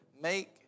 Make